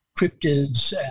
cryptids